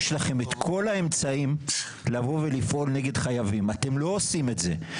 יש לכם את כל האמצעים לבוא ולפעול נגד חייבים אתם לא עושים את זה,